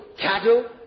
cattle